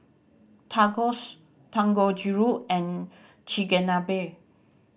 Tacos Dangojiru and Chigenabe